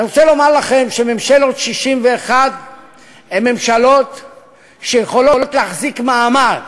אני רוצה לומר לכם שממשלות 61 הן ממשלות שיכולות להחזיק מעמד